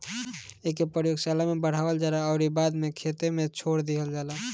एके प्रयोगशाला में बढ़ावल जाला अउरी बाद में खेते में छोड़ दिहल जाला